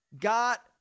got